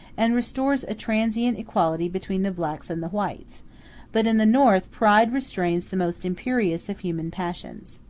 and restores a transient equality between the blacks and the whites but in the north pride restrains the most imperious of human passions.